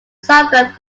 suburb